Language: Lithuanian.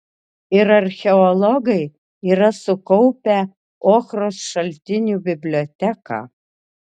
ir archeologai yra sukaupę ochros šaltinių biblioteką